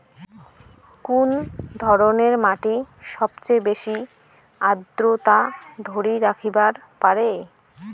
কুন ধরনের মাটি সবচেয়ে বেশি আর্দ্রতা ধরি রাখিবার পারে?